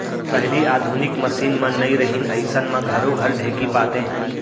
पहिली आधुनिक मसीन मन नइ रहिन अइसन म घरो घर ढेंकी पातें